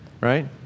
Right